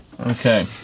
Okay